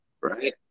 right